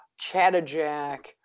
Chattajack